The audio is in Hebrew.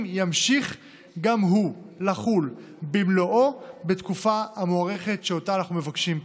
ימשיך גם הוא לחול במלואו בתקופה המוארכת שאותה אנחנו מבקשים פה.